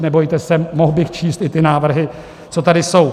Nebojte se, mohl bych číst i ty návrhy, co tady jsou.